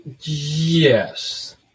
Yes